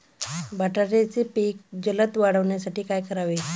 बटाट्याचे पीक जलद वाढवण्यासाठी काय करावे?